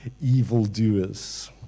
evildoers